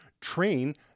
train